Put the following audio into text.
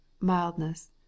mildness